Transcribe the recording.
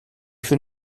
viele